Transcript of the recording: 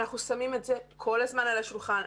אנחנו שמים את זה כל הזמן על השולחן.